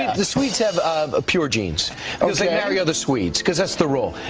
the swedes have um pure genes. because they marry other swedes, cause that's the rule.